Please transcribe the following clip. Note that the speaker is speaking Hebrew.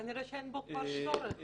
כנראה שאין בו כבר צורך.